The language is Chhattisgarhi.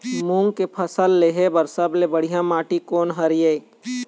मूंग के फसल लेहे बर सबले बढ़िया माटी कोन हर ये?